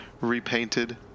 repainted